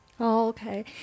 Okay